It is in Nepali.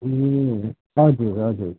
ए हजुर हजुर